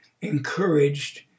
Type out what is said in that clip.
encouraged